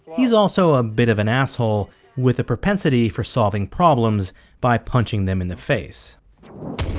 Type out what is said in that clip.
he's also a bit of an asshole with a propensity for solving problems by punching them in the face